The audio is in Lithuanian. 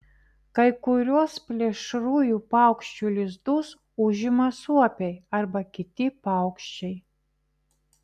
kai kuriuos plėšriųjų paukščių lizdus užima suopiai arba kiti paukščiai